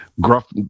gruff